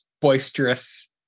boisterous